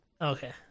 Okay